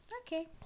Okay